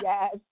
Yes